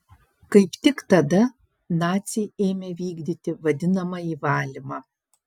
kaip tik tada naciai ėmė vykdyti vadinamąjį valymą